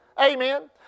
Amen